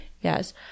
Yes